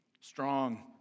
strong